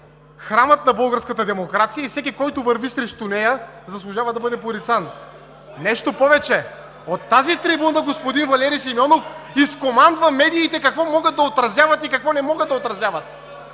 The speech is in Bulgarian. храмът на българската демокрация и всеки, който върви срещу нея, заслужава да бъде порицан. (Реплики и възгласи от ОП и ГЕРБ.) Нещо повече, от тази трибуна господин Валери Симеонов изкомандва медиите какво могат да отразяват и какво не могат да отразяват.